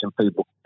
people